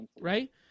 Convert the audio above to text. Right